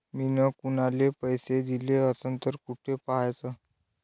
मिन कुनाले पैसे दिले असन तर कुठ पाहाचं?